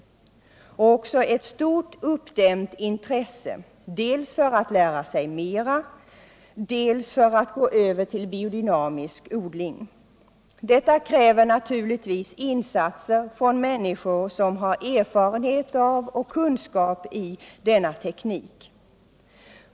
Det finns också ett stort uppdämt intresse dels för att lära sig mer, dels för att gå över till biodynamisk odling. Detta kräver naturligtvis insatser från människor som har erfarenheter av och kunskap i denna teknik.